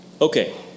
Okay